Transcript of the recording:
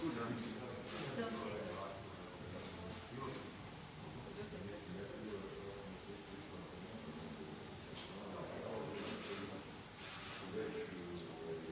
Hvala vam